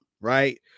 right